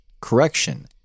Correction